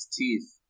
teeth